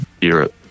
Europe